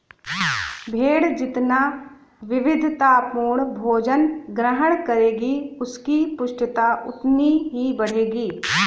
भेंड़ जितना विविधतापूर्ण भोजन ग्रहण करेगी, उसकी पुष्टता उतनी ही बढ़ेगी